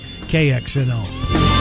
KXNL